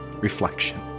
reflection